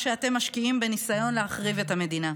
שאתם משקיעים בניסיון להחריב את המדינה.